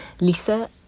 Lisa